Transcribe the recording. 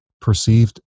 perceived